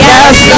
Yes